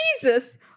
jesus